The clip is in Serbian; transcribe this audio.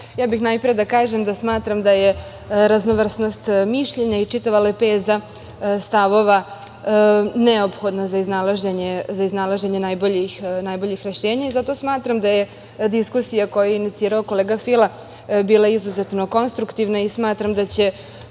najpre bih da kažem da smatram da je raznovrsnost mišljenja i čitava lepeza stavova neophodna za iznalaženje najboljih rešenja i zato smatram da je diskusija koju je inicirao kolega Fila bila izuzetno konstruktivna i smatram da će